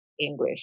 English